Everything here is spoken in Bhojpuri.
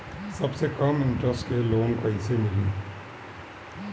सबसे कम इन्टरेस्ट के लोन कइसे मिली?